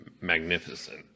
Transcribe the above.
magnificent